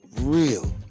real